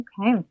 Okay